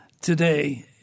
today